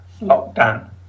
lockdown